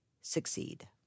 succeed